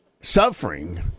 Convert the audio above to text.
Suffering